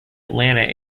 atlanta